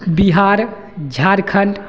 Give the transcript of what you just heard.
Bihar Jharkhand